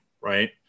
right